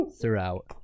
throughout